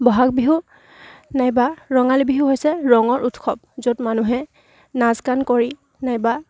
বহাগ বিহু নাইবা ৰঙালী বিহু হৈছে ৰঙৰ উৎসৱ য'ত মানুহে নাচ গান কৰি নাইবা